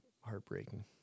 heartbreaking